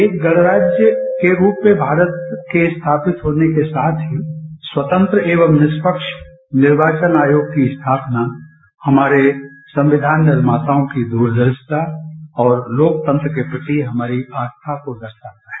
एक गणराज्य के रूप में भारत के स्थापित होने के साथ ही स्वतंत्र एवं निष्पक्ष निर्वाचन आयोग की स्थापना हमारे संविधान निर्माताओं की दूरदर्शिता और लोकतंत्र के प्रति हमारी आस्था को दर्शाता है